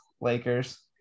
Lakers